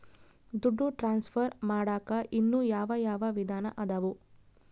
ದುಡ್ಡು ಟ್ರಾನ್ಸ್ಫರ್ ಮಾಡಾಕ ಇನ್ನೂ ಯಾವ ಯಾವ ವಿಧಾನ ಅದವು?